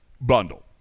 bundle